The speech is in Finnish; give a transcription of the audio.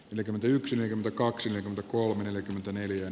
yli kymmentä yksilöä ja kaksikymmentäkolme neljäkymmentäneljä